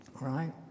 Right